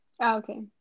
Okay